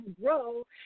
grow